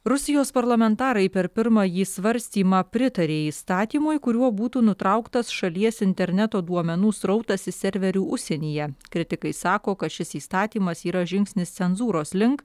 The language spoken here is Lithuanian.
rusijos parlamentarai per pirmąjį svarstymą pritarė įstatymui kuriuo būtų nutrauktas šalies interneto duomenų srautas iš serverių užsienyje kritikai sako kad šis įstatymas yra žingsnis cenzūros link